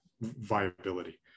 viability